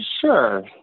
Sure